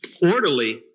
Orderly